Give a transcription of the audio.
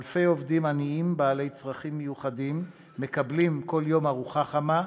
אלפי עובדים עניים בעלי צרכים מיוחדים מקבלים כל יום ארוחה חמה,